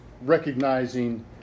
recognizing